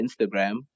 Instagram